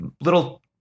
little